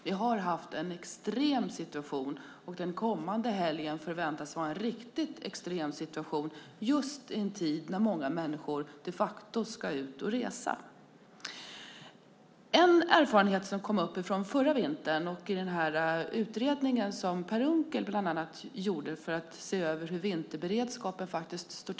Vi har haft en extrem situation, och det förväntas vara en extrem situation under den kommande helgen, just i en tid när många människor de facto ska ut och resa. Det finns en erfarenhet från förra vintern som kom upp i den utredning som Per Unckel bland annat gjorde för att se över hur det står till med vinterberedskapen.